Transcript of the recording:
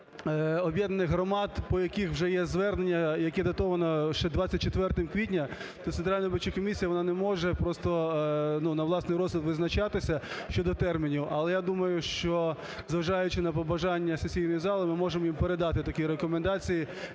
тих 34 об'єднаних громад, по яких вже є звернення, яке датовано ще 24 квітня, то Центральна виборча комісія, вона не може просто на власний розсуд визначатися щодо термінів. Але, я думаю, що, зважаючи на побажання сесійної зали, ми можемо їм передати такі рекомендації